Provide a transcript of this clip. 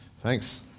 Thanks